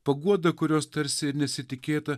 paguoda kurios tarsi ir nesitikėta